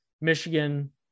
Michigan